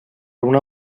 una